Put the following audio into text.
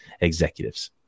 executives